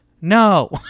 no